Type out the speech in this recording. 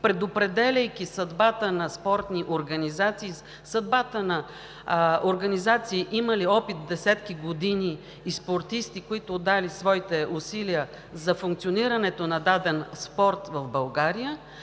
предопределяйки съдбата на спортни организации, имали опит десетки години, и спортисти, които са отдали своите усилия за функционирането на даден спорт в България,